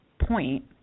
point